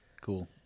Cool